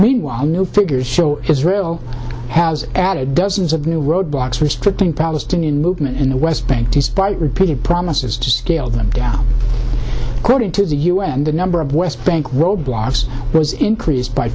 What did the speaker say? meanwhile new figures show israel has added dozens of new road blocks restricting palestinian movement in the west bank despite repeated promises to scale them according to the u n the number of west bank roadblocks was increased by